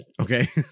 Okay